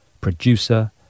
producer